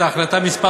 את החלטה מס'